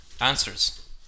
answers